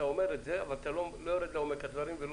אתה אומר את זה, אבל אתה לא יורד לעומק הדברים.